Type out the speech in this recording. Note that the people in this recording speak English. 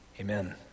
Amen